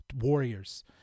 warriors